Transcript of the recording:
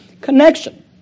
connection